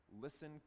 listen